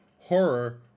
horror